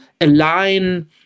align